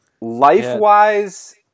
Life-wise